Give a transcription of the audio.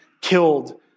killed